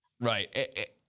Right